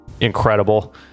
incredible